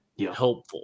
helpful